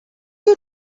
you